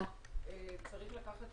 צריך לקחת